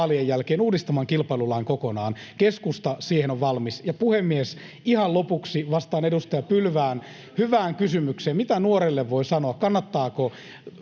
vaalien jälkeen uudistamaan kilpailulain kokonaan. Keskusta siihen on valmis. Puhemies! Ihan lopuksi vastaan edustaja Pylvään hyvään kysymykseen siitä, mitä nuorelle voi sanoa